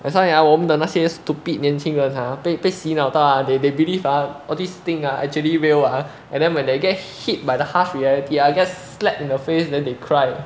that's why ah 我们的那些 stupid 年轻人哈被被洗脑到啊 they they believe ah all this thing ah actually real ah and then when they get hit by the harsh reality ah just slapped in the face then they cry